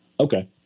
Okay